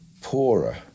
poorer